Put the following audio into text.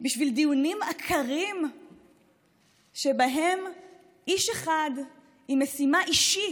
בשביל דיונים עקרים שבהם איש אחד עם משימה אישית,